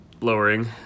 lowering